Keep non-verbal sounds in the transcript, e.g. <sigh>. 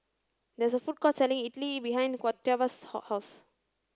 there is a food court selling idly behind Octavia's <unintelligible> house